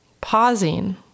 pausing